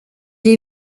est